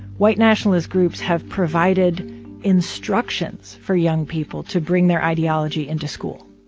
white nationalist groups have provided instructions for young people to bring their ideology into school.